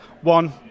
one